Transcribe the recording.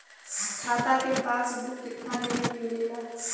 खाता के पासबुक कितना दिन में मिलेला?